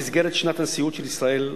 במסגרת שנת הנשיאות של ישראל,